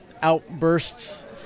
outbursts